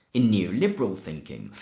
in neoliberal thinking,